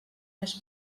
més